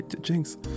Jinx